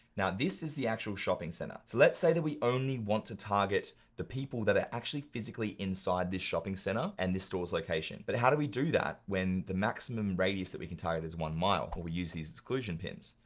now, this is the actual shopping center. so let's say that we only want to target the people that are actually physically inside this shopping center and this store's location. but how do we do that, when the maximum radius that we can tie it is one mile? well, we use these exclusion pins.